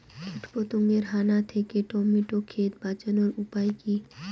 কীটপতঙ্গের হানা থেকে টমেটো ক্ষেত বাঁচানোর উপায় কি?